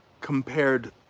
compared